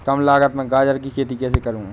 कम लागत में गाजर की खेती कैसे करूँ?